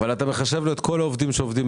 אבל אתה מחשב לו את כל העובדים בפועל.